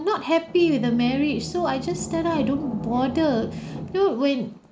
not happy with the marriage so I just tell lah I don't bother you when